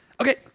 Okay